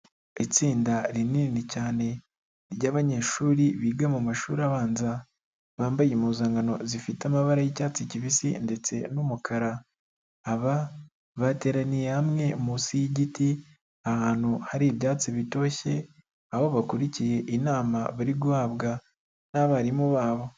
Itsinda rinini cyane ry'abanyeshuri biga mu mashuri abanza, bambaye impuzankano zifite amabara yicyatsi kibisi ndetse n'umukara, aba bateraniye hamwe munsi y'igiti ahantu hari ibyatsi bitoshye, aho bakurikiye inama bari guhabwa n'abarimu babo.